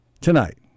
tonight